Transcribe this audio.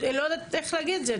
לא יודעת איך להגיד את זה,